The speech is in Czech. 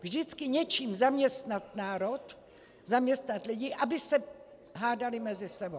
Vždycky něčím zaměstnat národ, zaměstnat lidi, aby se hádali mezi sebou.